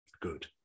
Good